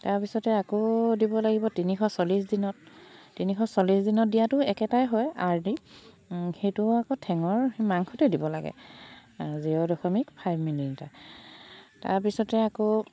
তাৰপিছতে আকৌ দিব লাগিব তিনিশ চল্লিছ দিনত তিনিশ চল্লিছ দিনত দিয়াটো একেটাই হয় আৰ দি সেইটো আকৌ ঠেঙৰ মাংসতে দিব লাগে জিৰ' দশমিক ফাইভ মিলিলিটাৰ তাৰপিছতে আকৌ